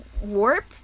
warp